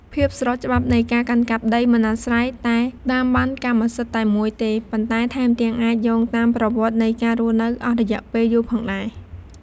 ភាពស្របច្បាប់នៃការកាន់កាប់ដីមិនអាស្រ័យតែតាមបណ្ណកម្មសិទ្ធិតែមួយទេ ប៉ុន្តែថែមទាំងអាចយោងតាមប្រវត្តិនៃការរស់នៅអស់រយៈពេលយូរផងដែរ។